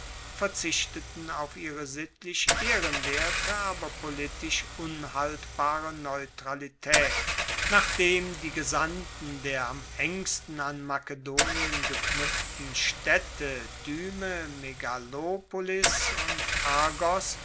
verzichteten auf ihre sittlich ehrenwerte aber politisch unhaltbare neutralitaet nachdem die gesandten der am engsten an makedonien geknuepften staedte dyme megalopolis und argos